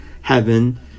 heaven